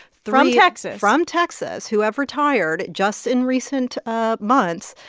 three. from texas from texas who have retired just in recent ah months,